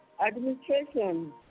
Administration